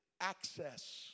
access